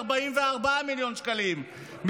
44 מיליון שקלים,